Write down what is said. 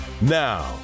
Now